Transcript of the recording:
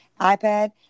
iPad